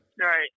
Right